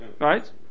Right